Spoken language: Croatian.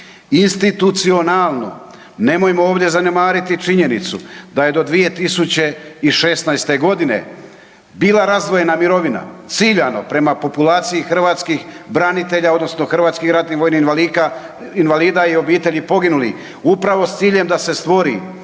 institucionalno. Nemojmo ovdje zanemariti činjenicu da je do 2016. godine bila razdvojena mirovina ciljano prema populaciji hrvatskih branitelja, odnosno hrvatskih ratnih vojnih invalida i obitelji poginulih upravo sa ciljem da se stvori